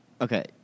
Okay